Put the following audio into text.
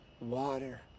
Water